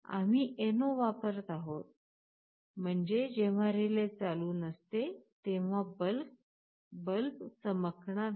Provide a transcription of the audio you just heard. आम्ही NO वापरत आहोत म्हणजे जेव्हा रिले चालू नसते तेव्हा बल्ब चमकणार नाही